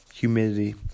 humidity